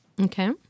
Okay